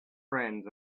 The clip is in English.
friends